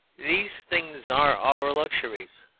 these things are our luxuries.